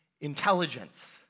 intelligence